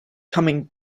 coming